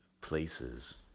places